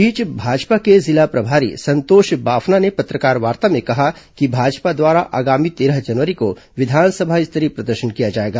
इस बीच भाजपा के जिला प्रभारी संतोष बाफना ने पत्रकारवार्ता में कहा कि भाजपा द्वारा आगामी तेरह जनवरी को विधानसभा स्तरीय प्रदर्शन किया जाएगा